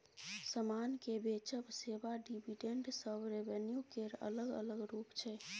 समान केँ बेचब, सेबा, डिविडेंड सब रेवेन्यू केर अलग अलग रुप छै